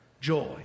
joy